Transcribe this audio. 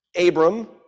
Abram